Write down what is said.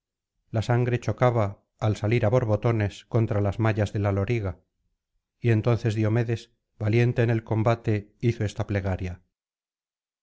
la sangre chocaba al salir á borbotones contra las mallas de la loriga y entonces diomedes valiente en el combate hizo esta plegaria